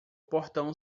portão